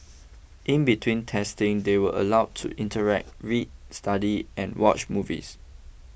in between testing they were allowed to interact read study and watch movies